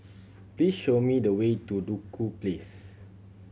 please show me the way to Duku Place